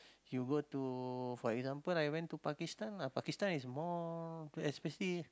you go to for example I went to Pakistan ah Pakistan is more especially